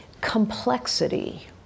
complexity